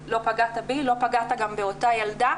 'לא פגעת בי לא פגעת גם באותה ילדה'